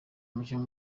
umukinnyi